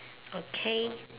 okay